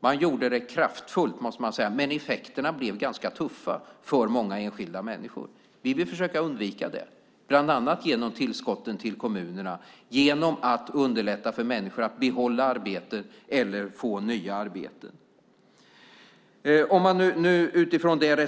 Man gjorde det kraftfullt måste man säga, men effekterna blev ganska tuffa för många enskilda människor. Vi vill försöka undvika det, bland annat genom tillskotten till kommunerna och genom att underlätta för människor att behålla arbeten eller få nya arbeten.